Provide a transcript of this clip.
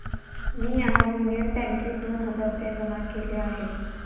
मी आज युनियन बँकेत दोन हजार रुपये जमा केले आहेत